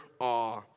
awe